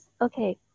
Okay